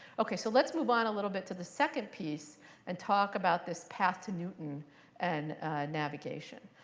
ok, so let's move on a little bit to the second piece and talk about this path to newton and navigation.